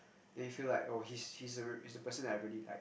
then you feel like oh he's he's a he's the person I really like